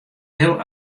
heel